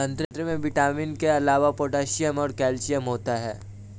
संतरे में विटामिन के अलावा पोटैशियम और कैल्शियम होता है